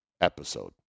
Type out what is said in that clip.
episode